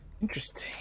Interesting